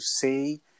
say